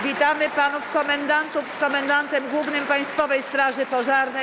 Witamy panów komendantów i komendanta głównego Państwowej Straży Pożarnej.